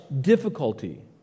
difficulty